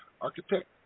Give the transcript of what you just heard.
architect